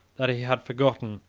that he had forgotten,